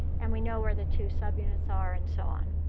and we know where the two subunits are and so on.